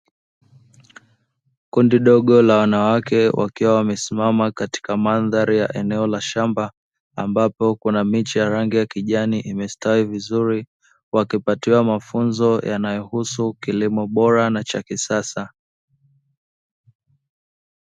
Kundi dogo la wanawake wakiwa wamesimama katika mandhari ya eneo la shamba ambapo kuna miche ya rangi ya kijani imestawi vizuri, wakipatiwa mafunzo yanayohusu kilimo bora na cha kisasa.